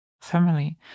family